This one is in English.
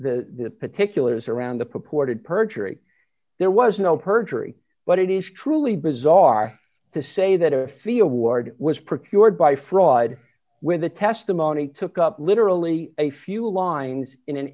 particulars around the purported perjury there was no perjury but it is truly bizarre to say that a feel ward was procured by fraud with the testimony took up literally a few lines in an